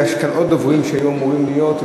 יש עוד דוברים שהיו אמורים להיות,